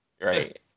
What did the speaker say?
Right